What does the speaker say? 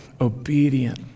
obedient